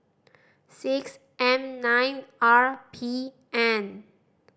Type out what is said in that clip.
six M nine R P N